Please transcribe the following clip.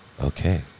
Okay